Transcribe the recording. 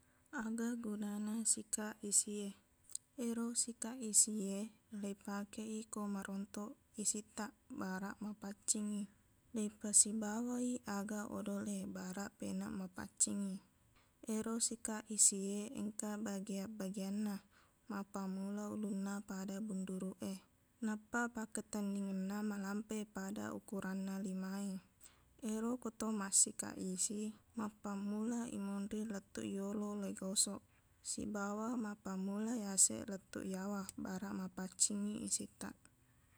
Aga gunana sikaq isi e ero sikaq isi e leipakei ko marontoq isittaq baraq mapaccingngi leipasibawai aga odol e baraq penaq mapaccingngi ero sikaq isi e engka bagiaq-bagianna mappammula ulunna pada bunduruq e nappa pakketennina malampeq pada ukuranna lima e ero ko tomassikaq isi mappammula imonri lettuq iyoloq leigosok sibawa mappammula yaseq lettuq yawa baraq mapaccingngi isittaq